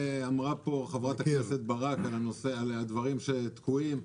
חברת הכנסת ברק אמרה על הדברים שתקועים.